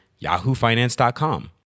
yahoofinance.com